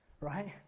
right